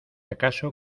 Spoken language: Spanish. acaso